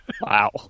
Wow